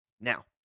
Now